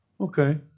Okay